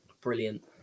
Brilliant